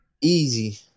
Easy